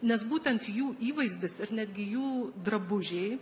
nes būtent jų įvaizdis ir netgi jų drabužiai